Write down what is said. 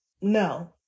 no